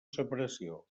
separació